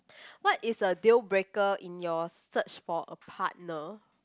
what is a deal breaker in your search for a partner